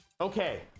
okay